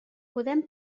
podem